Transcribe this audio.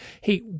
Hey